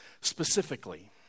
specifically